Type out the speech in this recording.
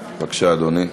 בבקשה, אדוני.